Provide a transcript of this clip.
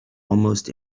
almost